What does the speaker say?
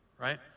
right